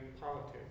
politics